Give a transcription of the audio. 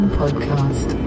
podcast